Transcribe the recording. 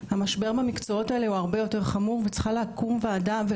המשבר במקצועות האלו הוא הרבה יותר חמור וצריכה לקום וועדה בין משרדית